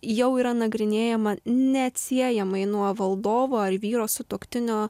jau yra nagrinėjama neatsiejamai nuo valdovo ar vyro sutuoktinio